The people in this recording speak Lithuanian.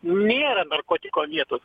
nėra narkotiko vietos